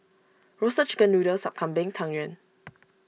Roasted Chicken Noodle Sup Kambing Tang Yuen